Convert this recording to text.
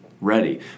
ready